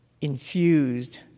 infused